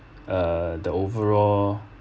err the overall